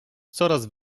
coraz